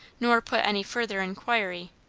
nor put any further inquiry,